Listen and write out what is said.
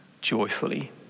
joyfully